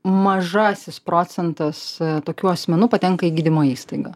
mažasis procentas tokių asmenų patenka į gydymo įstaigą